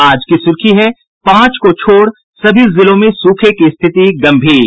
आज की सुर्खी है पांच को छोड़ सभी जिलों में सूखे की स्थिति गंभीर